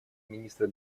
министра